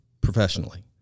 professionally